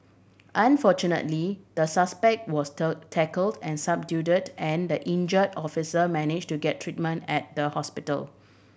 unfortunately the suspect was tackled and subdued and the injure officer manage to get treatment at the hospital